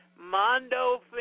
Mondo